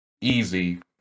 easy